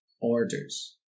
orders